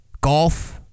golf